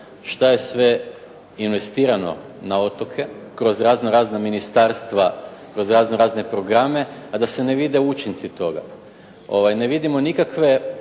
što je sve investirano na otoke kroz raznorazna ministarstva, kroz raznorazne programe, a da se ne vide učinci toga. Ne vidimo nikakve